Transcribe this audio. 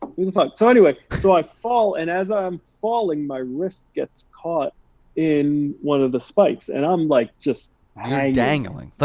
who the fuck? so anyway, so i fall. and as i'm falling, my wrist gets caught in one of the spikes. and i'm like just hanging you're dangling, like